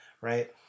right